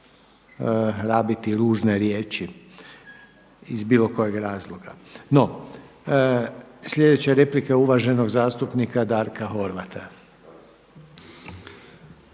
rabiti ružne riječi iz bilo kojeg razloga. No, sljedeća je replika uvaženog zastupnika Darka Horvata. **Horvat,